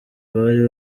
bari